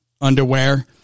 underwear